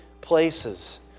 places